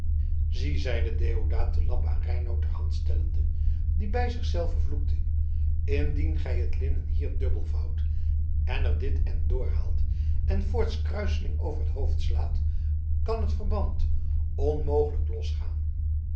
zie zeide deodaat de lamp aan reinout ter hand stellende die bij zich zelven vloekte indien gij het linnen hier dubbel vouwt en er dit end doorhaalt en voorts kruiselings over het hoofd slaat kan het verband onmogelijk losgaan